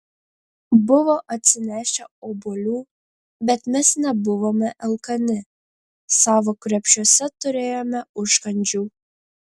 buvo atsinešę obuolių bet mes nebuvome alkani savo krepšiuose turėjome užkandžių